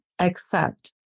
accept